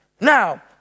Now